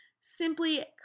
simply